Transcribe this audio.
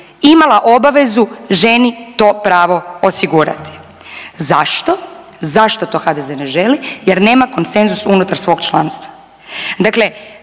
imala obavezu ženi to pravo osigurati. Zašto? Zašto to HDZ-e ne želi? Jer nema konsenzus unutar svog članstva.